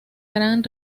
gran